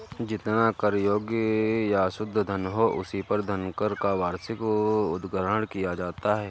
जितना कर योग्य या शुद्ध धन हो, उसी पर धनकर का वार्षिक उद्ग्रहण किया जाता है